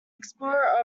explorer